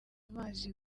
amazi